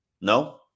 no